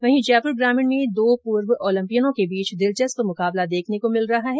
वहीं जयपुर ग्रामीण में दो पूर्व ओलम्पियनों के बीच दिलचस्प मुकाबला देखने को मिल रहा है